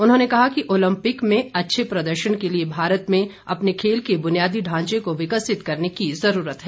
उन्होंने कहा कि ओलम्पिक में अच्छे प्रदर्शन के लिए भारत में अपने खेल के बुनियादी ढांचे को विकासित करने की ज़रूरत है